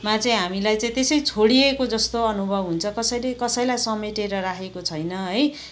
मा चाहिँ हामीलाई चाहिँ त्यसै छोडिएको जस्तो अनुभव हुन्छ कसैले कसैलाई समेटेर राखेको छैन है